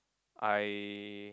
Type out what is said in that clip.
I